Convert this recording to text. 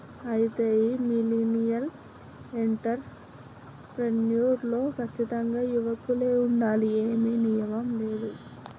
అయితే ఈ millennial entrepreneur లో కచ్చితంగా యువకులే ఉండాలని ఏమీ నియమం లేదు